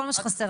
כל מה שחסר לכם.